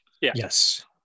Yes